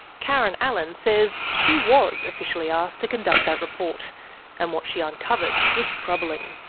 karen allen says she was officially asked to conduct that report and what she uncovered was troubling.